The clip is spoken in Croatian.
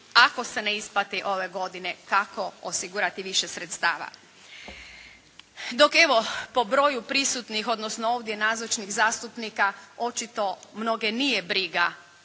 ako se ne isplati ove godine kako osigurati više sredstava. Dok evo po broju prisutnih odnosno ovdje nazočnih zastupnika očito mnoge nije briga